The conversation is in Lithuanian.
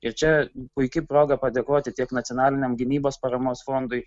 ir čia puiki proga padėkoti tiek nacionaliniam gynybos paramos fondui